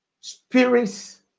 Spirits